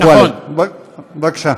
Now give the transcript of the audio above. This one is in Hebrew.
בבקשה.